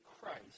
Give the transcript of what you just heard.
Christ